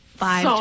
Five